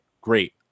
Great